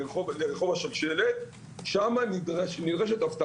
לא הסביר לי גם מבחינה הלכתית איך צריך להיות ומה שעות הפתיחה.